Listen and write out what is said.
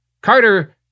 Carter